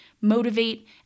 motivate